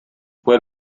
quel